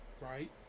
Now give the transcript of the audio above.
right